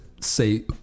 say